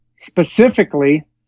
Specifically